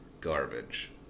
garbage